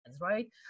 right